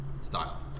style